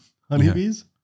Honeybees